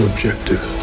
Objective